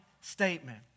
statement